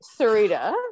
Sarita